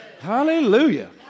Hallelujah